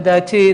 לדעתי,